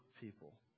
people